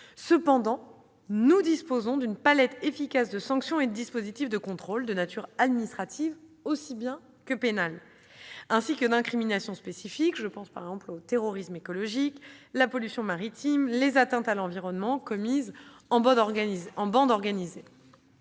néanmoins d'une palette efficace de sanctions et de dispositifs de contrôle, de nature administrative aussi bien que pénale, ainsi que d'incriminations spécifiques- je pense par exemple au terrorisme écologique, à la pollution maritime, aux atteintes à l'environnement commises en bande organisée.